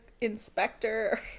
inspector